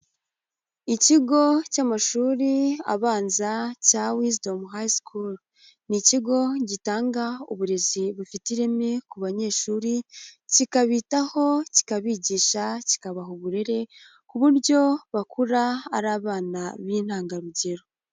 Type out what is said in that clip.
Ikigo cy'amashuri abanza cya Wizidomu hayi sikulu, ni ikigo gitanga uburezi bufite ireme ku banyeshuri, kikabitaho, kikabigisha, kikabaha uburere ku buryo bakura ari abana b'intangarugero.